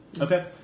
Okay